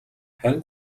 харин